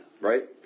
right